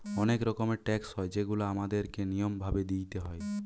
অনেক রকমের ট্যাক্স হয় যেগুলা আমাদের কে নিয়ম ভাবে দিইতে হয়